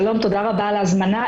תודה רבה על ההזמנה.